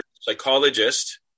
psychologist